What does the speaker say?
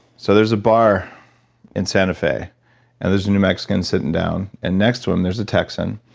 so there's a bar in santa fe and there's a new mexican sitting down and next to him there's a texan,